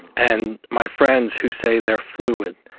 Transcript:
and my friends who say they're fluid,